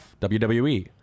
WWE